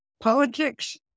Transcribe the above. politics